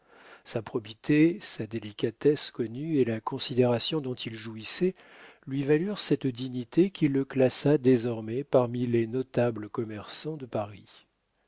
sa probité sa délicatesse connue et la considération dont il jouissait lui valurent cette dignité qui le classa désormais parmi les notables commerçants de paris